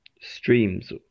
streams